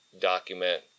document